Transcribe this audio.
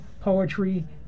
poetry